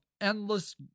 endless